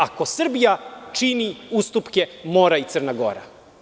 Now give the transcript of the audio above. Ako Srbija čini ustupke, mora i Crna Gora.